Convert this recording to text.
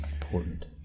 important